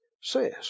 says